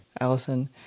Allison